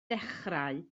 dechrau